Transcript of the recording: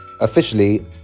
officially